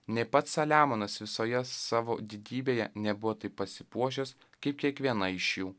nė pats saliamonas visoje savo didybėje nebuvo taip pasipuošęs kaip kiekviena iš jų